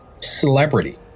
celebrity